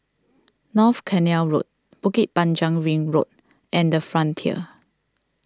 North Canal Road Bukit Panjang Ring Road and the Frontier